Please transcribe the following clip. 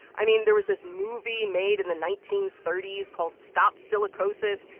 i mean, there was this movie made in the nineteen thirty s called stop silicosis.